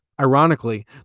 Ironically